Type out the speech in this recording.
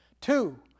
Two